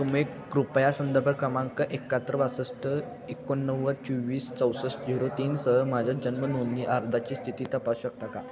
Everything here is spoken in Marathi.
तुम्ही कृपया संदर्भ क्रमांक एक्काहत्तर बासष्ट एकोणनव्वद चोवीस चौसष्ट झिरो तीनसह माझ्या जन्म नोंदणी अर्जाची स्थिती तपासू शकता का